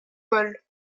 vole